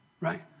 right